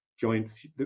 joints